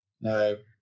No